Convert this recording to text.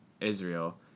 Israel